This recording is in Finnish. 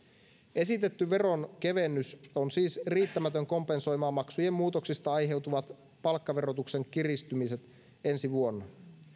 esitetty veronkevennys on siis riittämätön kompensoimaan maksujen muutoksista aiheutuvat palkkaverotuksen kiristymiset ensi vuonna